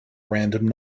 random